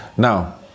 Now